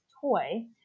toy